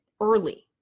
early